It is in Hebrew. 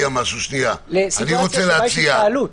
להתקהלות.